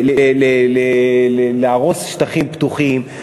להרוס שטחים פתוחים,